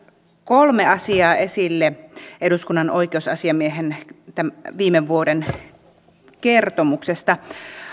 kolme asiaa esille eduskunnan oikeusasiamiehen viime vuoden kertomuksesta